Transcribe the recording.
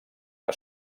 que